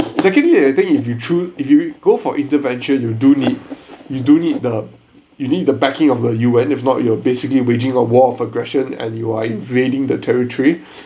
secondly I think if you true if you go for intervention you do need you do need the you need the backing of the U_N if not you're basically waging a war of aggression and you are invading the territory